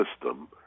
system